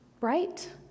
Right